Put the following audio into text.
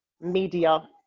media